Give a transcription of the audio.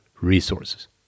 resources